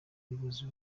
abayobozi